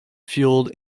fuelled